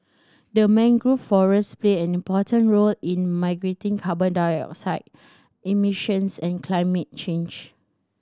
the mangrove forest play an important role in mitigating carbon dioxide emissions and climate change